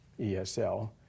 ESL